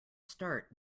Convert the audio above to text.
start